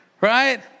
right